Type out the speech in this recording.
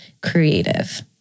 creative